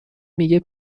میگه